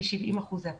כי 70% זה הבחינה,